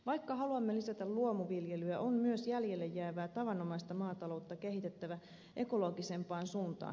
vaikka haluamme lisää luomuviljelyä on myös jäljelle jäävää tavanomaista maataloutta kehitettävä ekologisempaan suuntaan